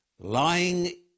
lying